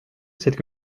cette